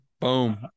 boom